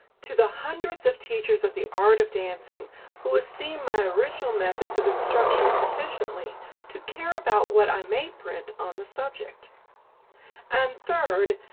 to the hundreds of teachers of the art of dancing who esteem my original methods of instruction sufficiently to care about what i may print on the subject and third,